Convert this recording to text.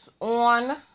on